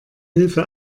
hilfe